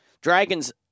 Dragons